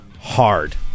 Hard